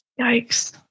Yikes